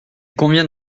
convient